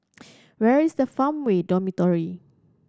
where is Farmway Dormitory